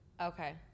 okay